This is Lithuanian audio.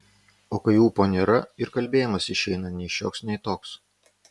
o kai ūpo nėra ir kalbėjimas išeina nei šioks nei toks